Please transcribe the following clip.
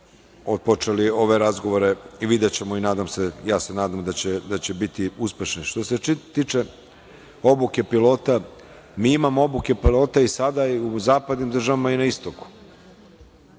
otpočeli ove razgovore i videćemo i nadam se, da će biti uspešni. Što se tiče obuke pilota, mi imamo obuke pilota i sada i u zapadnim državama i na istoku.